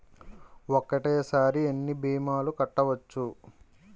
ఒక్కటేసరి ఎన్ని భీమాలు కట్టవచ్చు?